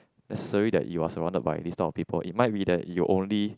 necessary that you are surrounded by this type of people it might be that you only